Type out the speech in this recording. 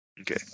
Okay